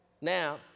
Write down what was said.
Now